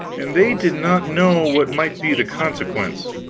and they did not know what might be the consequence.